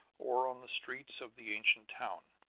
or on the streets of the ancient town.